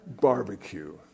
Barbecue